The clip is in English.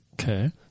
Okay